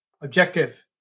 objective